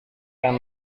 dan